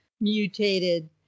mutated